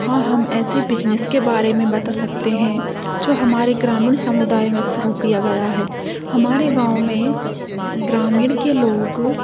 हाँ हम ऐसे बिजनेस के बारे में बता सकते हैं जो हमारे ग्रामीण समुदाय में शुरू किया गया है हमारे गाँव में ग्रामीण के लोग